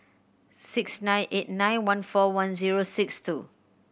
six nine eight nine one four one zero six two